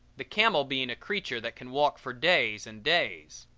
the camel being a creature that can walk for days and days.